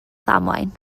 ddamwain